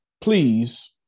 Please